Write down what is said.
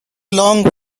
long